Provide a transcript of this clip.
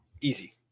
easy